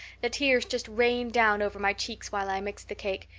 the tears just rained down over my cheeks while i mixed the cake.